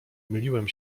myliłem